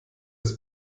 das